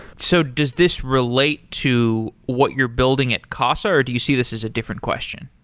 so does this relate to what you're building at casa, or do you see this is a different question?